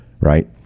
Right